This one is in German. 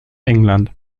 england